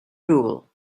rule